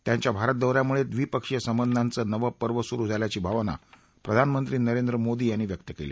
त्यांच्या भारत दौ यामुळे द्विपक्षीय संबंधाचं नवं पर्य सुरु झाल्याची भावना प्रधानमंत्री नरेंद्र मोदी यांनी व्यक्त केली